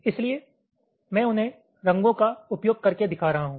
इसलिए मैं उन्हें रंगों का उपयोग करके दिखा रहा हूं